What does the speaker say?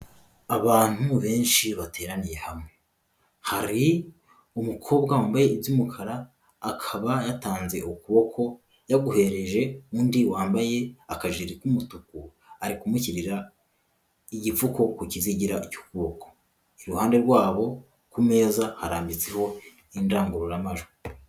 Abantu benshi bateraniye hamwe, hari umukobwa wambaye iby'umukara akaba yatanze ukuboko yaguhereje undi wambaye akajiri k'umutuku ari kumushyirira igipfuko ku kizugira cy'ukuboko, iruhande rwabo ku meza harambitseho indangururamajwi.